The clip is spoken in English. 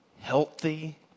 healthy